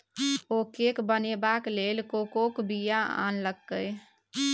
ओ cake बनेबाक लेल कोकोक बीया आनलकै